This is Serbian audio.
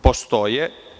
Postoje.